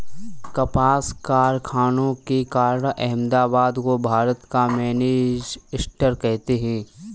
कपास कारखानों के कारण अहमदाबाद को भारत का मैनचेस्टर कहते हैं